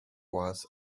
was